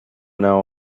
now